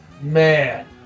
man